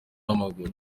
w’amaguru